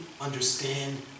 understand